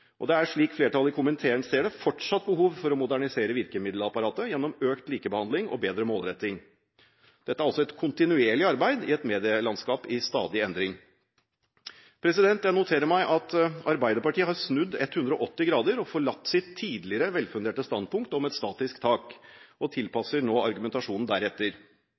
ordninger. Det er slik flertallet i komiteen ser det, fortsatt behov for å modernisere virkemiddelapparatet gjennom økt likebehandling og bedre målretting. Dette er altså et kontinuerlig arbeid i et medielandskap i stadig endring. Jeg noterer meg at Arbeiderpartiet har snudd 180 grader og forlatt sitt tidligere velfunderte standpunkt om et statisk tak – og tilpasser nå argumentasjonen deretter.